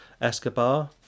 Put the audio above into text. Escobar